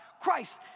Christ